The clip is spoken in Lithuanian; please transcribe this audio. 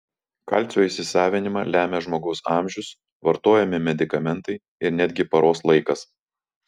kalcio įsisavinimą lemia žmogaus amžius vartojami medikamentai ir netgi paros laikas